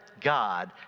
God